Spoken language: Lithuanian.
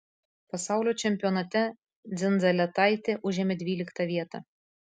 pasaulio čempionate dzindzaletaitė užėmė dvyliktą vietą